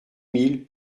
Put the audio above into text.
mille